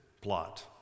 plot